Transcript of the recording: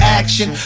action